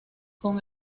con